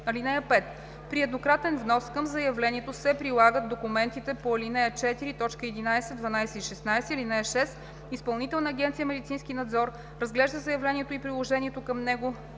нея. (5) При еднократен внос към заявлението се прилагат документите по ал. 4, т. 11, 12 и 16. (6) Изпълнителна агенция „Медицински надзор“ разглежда заявлението и приложените към него